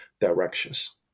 directions